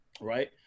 right